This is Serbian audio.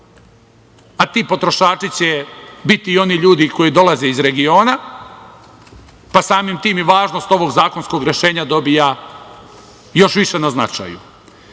a ti potrošači će biti oni ljudi koji dolaze iz regiona, pa samim tim i važnost ovog zakonskog rešenja dobija još više na značaju. Mi